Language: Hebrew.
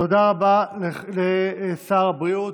תודה רבה לשר הבריאות.